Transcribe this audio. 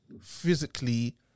physically